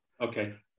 Okay